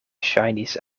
ŝajnis